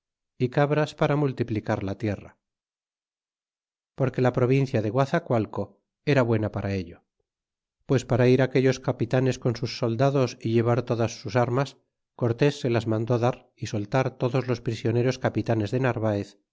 y cabras para multiplicar la tierra porque la provincia de guazacualco era buena para ello pues para ir aquellos capitanes con sus soldados y llevar todas sus armas cortés se las mandó dar y soltar todos los prisioneros capitanes de narvaez